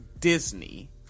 Disney